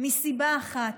מסיבה אחת: